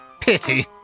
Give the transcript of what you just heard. pity